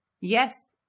Yes